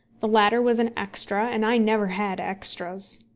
the latter was an extra, and i never had extras.